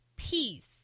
peace